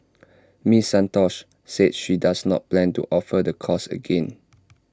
miss Santos said she does not plan to offer the course again